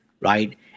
right